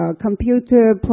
computer